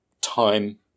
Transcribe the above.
time